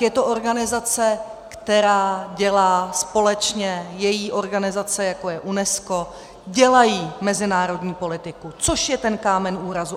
Je to organizace, která dělá společně její organizace, jako je UNESCO dělají mezinárodní politiku, což je ten kámen úrazu.